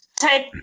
type